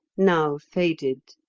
now faded.